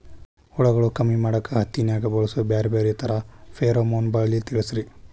ಹುಳುಗಳು ಕಮ್ಮಿ ಮಾಡಾಕ ಹತ್ತಿನ್ಯಾಗ ಬಳಸು ಬ್ಯಾರೆ ಬ್ಯಾರೆ ತರಾ ಫೆರೋಮೋನ್ ಬಲಿ ತಿಳಸ್ರಿ